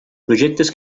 projectes